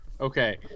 okay